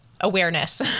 awareness